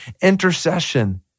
intercession